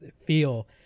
feel